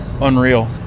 unreal